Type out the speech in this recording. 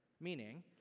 Meaning